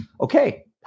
okay